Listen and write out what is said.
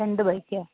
രണ്ട് ബൈക്ക്